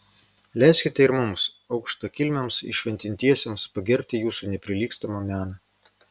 leiskite ir mums aukštakilmiams įšventintiesiems pagerbti jūsų neprilygstamą meną